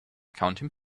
counting